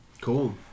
Cool